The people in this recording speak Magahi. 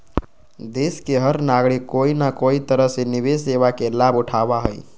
देश के हर नागरिक कोई न कोई तरह से निवेश सेवा के लाभ उठावा हई